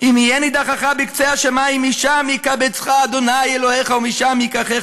"אם יהיה נדחך בקצה השמים משם יקבצך ה' אלהיך ומשם יקחך.